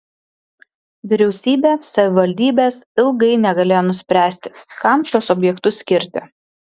vyriausybė savivaldybės ilgai negalėjo nuspręsti kam šiuos objektus skirti